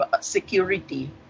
security